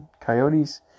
Coyotes